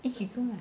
一起做啦